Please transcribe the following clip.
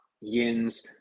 yin's